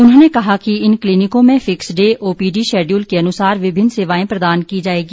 उन्होंने कहा कि इन क्लीनिकों में fix day OPD schedule के अनुसार विभिन्न सेवांए प्रदान की जाएगी